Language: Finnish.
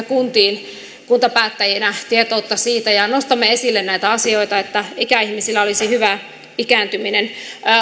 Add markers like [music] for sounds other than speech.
[unintelligible] kunnissa kuntapäättäjinä viemme sinne tietoutta siitä ja nostamme esille näitä asioita että ikäihmisillä olisi hyvä ikääntyminen